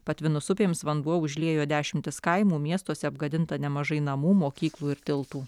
patvinus upėms vanduo užliejo dešimtis kaimų miestuose apgadinta nemažai namų mokyklų ir tiltų